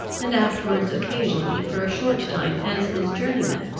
and afterwards occasionally for a short time as his journeyman.